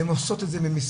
והן עושות את זה במסירות.